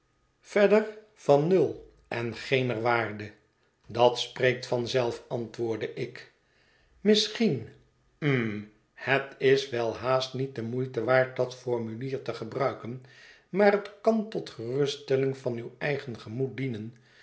verder van nul en geener waarde dat spreekt van zelf antwoordde ik misschien hm het is wel haast niet de moeite waard dat formulier te gebruiken maar het kan tot geruststelling van uw eigen gemoed dienen